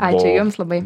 ačiū jums labai